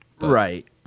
Right